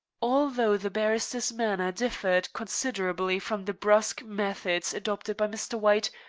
although the barrister's manner differed considerably from the brusque methods adopted by mr. white,